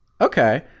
Okay